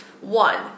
One